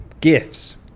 gifts